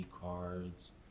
cards